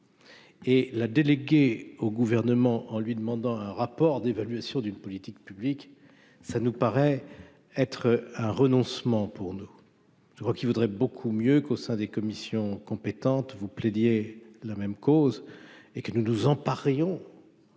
Et la déléguée au gouvernement en lui demandant un rapport d'évaluation d'une politique publique, ça nous paraît être un renoncement pour nous, je crois qu'il vaudrait beaucoup mieux qu'au sein des commissions compétentes vous plaignez la même cause et que nous nous en parlions